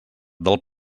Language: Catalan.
del